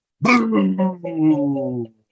boom